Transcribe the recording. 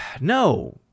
no